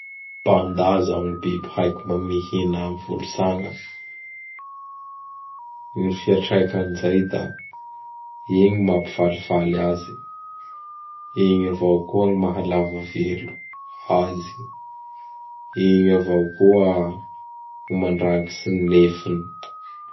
Panda izao gny biby haiko mihina volotsang a. Gn fiatrakan'zay da igny mampifalifaly azy, igny avao koa gny maha lava velo azy, igny avao koa gny mandrangitsy ny nifiny.